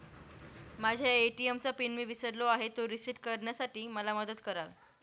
माझ्या ए.टी.एम चा पिन मी विसरलो आहे, तो रिसेट करण्यासाठी मला मदत कराल?